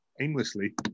aimlessly